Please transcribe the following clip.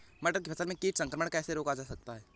मटर की फसल में कीट संक्रमण कैसे रोका जा सकता है?